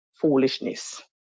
foolishness